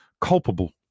culpable